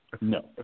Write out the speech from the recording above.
No